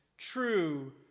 true